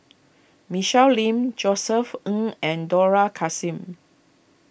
Michelle Lim Josef Ng and Dollah Kassim